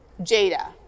Jada